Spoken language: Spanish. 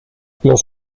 los